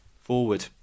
forward